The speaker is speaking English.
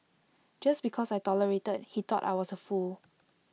just because I tolerated he thought I was A fool